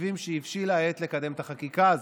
שחושבים שהבשילה העת לקדם את החקיקה הזאת.